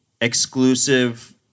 exclusive